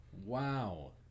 Wow